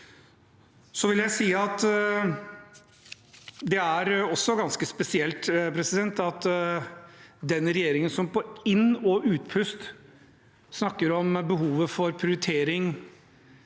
Så vil jeg si at det også er ganske spesielt at den regjeringen som på inn- og utpust snakker om behovet for prioritering,